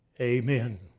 Amen